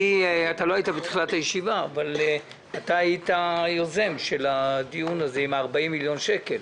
לא היית בתחילת הישיבה אבל היית יוזם הדיון הזה עם 40 מיליון השקלים.